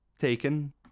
taken